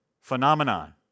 phenomenon